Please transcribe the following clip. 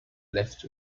left